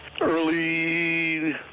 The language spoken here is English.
early